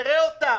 נראה אותם.